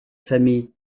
famille